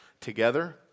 together